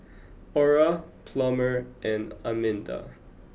Aura Plummer and Arminda